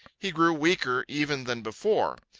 he grew weaker even than before.